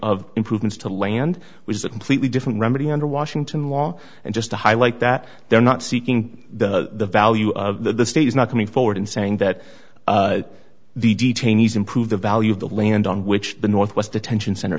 of improvements to land which is a completely different remedy under washington law and just to highlight that they're not seeking the value that the state is not coming forward and saying that the detainees improve the value of the land on which the northwest detention center